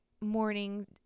morning